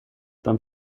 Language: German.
beim